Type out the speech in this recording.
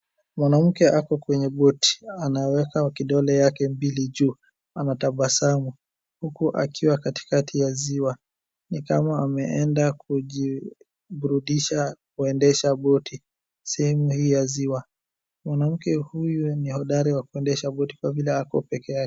Mwanamke ako kwenye boti. Anaweka kidole yake mbili juu. Anatabasamu, huku akiwa katikati ya ziwa. Ni kama ameenda kujiburudisha kuendesha boti sehemu hii ya ziwa. Mwanamke huyu ni hodari wa kuendesha boti kwa vile ako peke yake.